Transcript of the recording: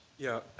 yeah,